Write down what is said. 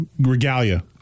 Regalia